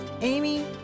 Amy